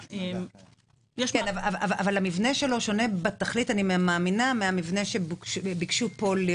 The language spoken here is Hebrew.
אבל המבנה שלו שונה בתכלית אני מאמינה מהמבנה שביקשו פה.